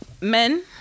men